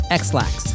xlax